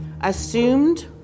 assumed